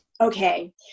okay